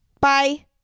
Bye